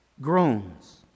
groans